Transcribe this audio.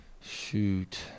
Shoot